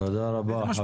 תודה רבה.